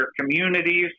communities